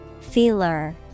Feeler